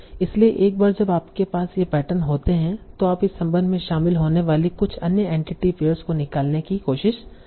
इसलिए एक बार जब आपके पास ये पैटर्न होते हैं तो आप इस संबंध में शामिल होने वाली कुछ अन्य एंटिटी पेयर्स को निकालने की कोशिश करते हैं